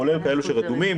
כולל כאלו שרדומים,